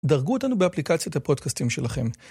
דרגו אותנו באפליקציית הפודקאסטים שלכם.